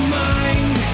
mind